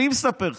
אני מספר לך,